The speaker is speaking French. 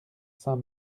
saint